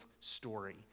story